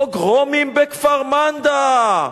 "פוגרומים בכפר-מנדא".